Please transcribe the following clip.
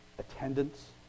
Attendance